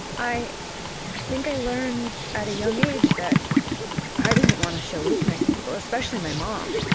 i i think i learned at a young age that i didn't want to show weakness to people, especially my mom.